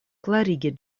klarigi